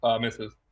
misses